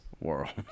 world